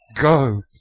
go